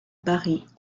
paris